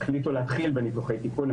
החליטו להתחיל בניתוחי תיקון.